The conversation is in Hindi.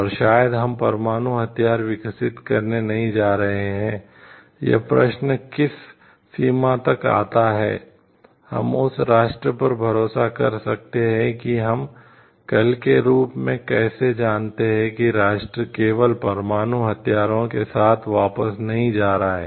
और शायद हम परमाणु हथियार विकसित करने नहीं जा रहे हैं यह प्रश्न किस सीमा तक आता है हम उस राष्ट्र पर भरोसा कर सकते हैं कि हम कल के रूप में कैसे जानते हैं कि राष्ट्र केवल परमाणु हथियारों के साथ वापस नहीं जा रहा है